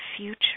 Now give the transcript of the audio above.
future